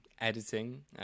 editing